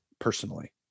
Personally